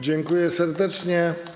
Dziękuję serdecznie.